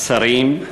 השרים,